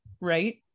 right